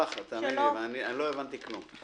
אני לא הבנתי כלום.